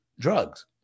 Drugs